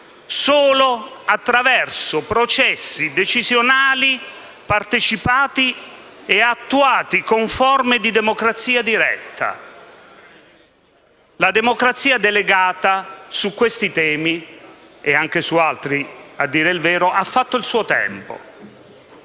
solo attraverso processi decisionali partecipati e attuati con forme di democrazia diretta. La democrazia delegata su questi temi - e anche su altri, a dire il vero - ha fatto il suo tempo.